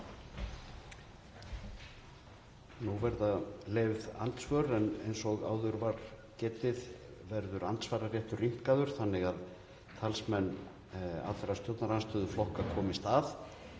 Nú verða leyfð andsvör en eins og áður var getið verður andsvararéttur rýmkaður þannig að talsmenn allra stjórnarandstöðuflokka komist að.